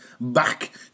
back